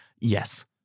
Yes